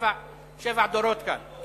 שבעה דורות כאן.